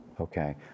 Okay